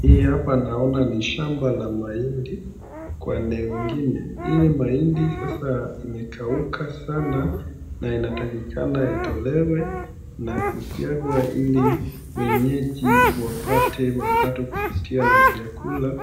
Hii hapa naona ni shamba la mahindi kwane ingine, ile mahindi sasa imekauka sana na inatakikana itolewe na kusiagwa ili wenyeji wapate mapato kupitia na vyakula